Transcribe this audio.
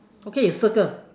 okay you circle